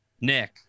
Nick